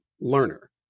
learner